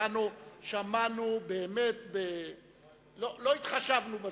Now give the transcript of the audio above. שמענו ולא התחשבנו בזמן.